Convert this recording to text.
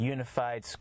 Unified